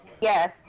Yes